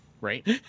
Right